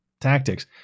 tactics